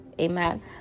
Amen